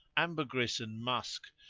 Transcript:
ambergris and musk,